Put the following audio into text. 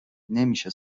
نمیشه